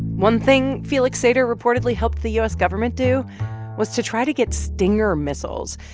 one thing felix sater reportedly helped the u s. government do was to try to get stinger missiles.